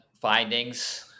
findings